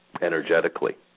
energetically